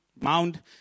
mound